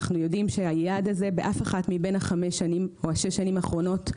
אנחנו יודעים שבאף אחת מבין שש השנים האחרונות,